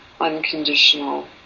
unconditional